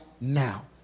now